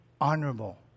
honorable